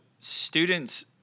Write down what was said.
students